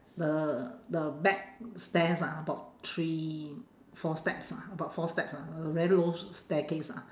the the back stairs ah about three four steps lah about four steps ah a very low staircase ah